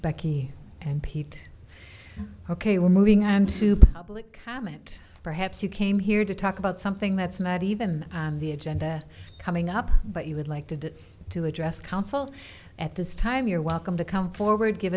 becky and pete ok we're moving on to public comment perhaps you came here to talk about something that's not even on the agenda coming up but you would like to do to address council at this time you're welcome to come forward give